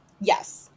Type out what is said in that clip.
Yes